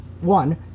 one